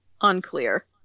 Unclear